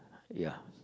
ya